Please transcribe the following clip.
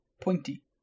pointy